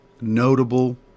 notable